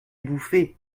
bouffer